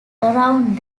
around